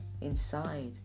inside